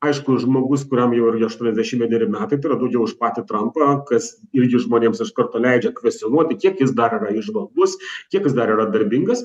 aišku žmogus kuriam jau ir aštuoniasdešim vieneri metai tai yra daugiau už patį trampą kas irgi žmonėms iš karto leidžia kvestionuoti kiek jis dar yra įžvalgus kiek jis dar yra darbingas